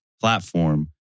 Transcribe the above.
platform